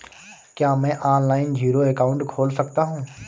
क्या मैं online zero account खोल सकता हूँ?